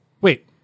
wait